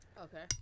Okay